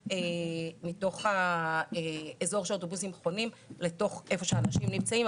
מתוך האזור שהאוטובוסים חונים לתוך איפה שהאנשים נמצאים,